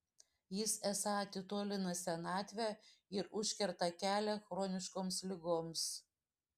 jis esą atitolina senatvę ir užkerta kelią chroniškoms ligoms